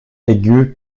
aigu